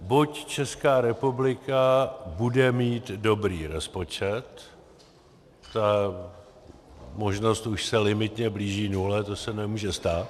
Buď Česká republika bude mít dobrý rozpočet ta možnost už se limitně blíží nule, to se nemůže stát.